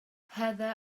هذا